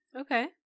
Okay